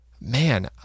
man